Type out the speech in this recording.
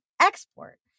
export